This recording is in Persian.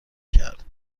کرد